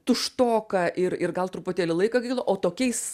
tuštoka ir ir gal truputėlį laiko gaila o tokiais